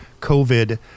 COVID